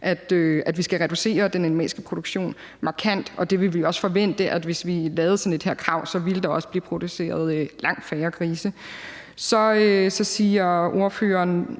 at vi skal reducere den animalske produktion markant, og vi vil også forvente, at hvis man havde sådan et krav, ville der også blive produceret langt færre grise. Så siger ordføreren